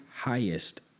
highest